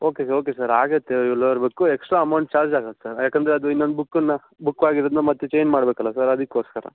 okay okay sir ಆಗುತ್ತೆ extra amount charge ಆಗತ್ತೆ sir ಯಾಕೆಂದ್ರೆ ಅದು ಇನ್ನೊಂದು ಬುಕ್ಕುನ್ನು ಬುಕ್ ಆಗಿರೋದನ್ನ ಮತ್ತೆ ಚೇಂಜ್ ಮಾಡ್ಬೇಕಲ್ಲ ಸರ್ ಅದಕ್ಕೋಸ್ಕರ